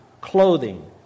clothing